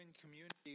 community